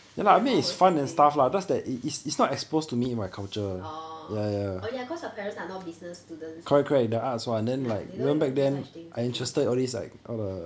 then your mum was like saying orh oh ya because you parents are not business students ya they don't even do such things okay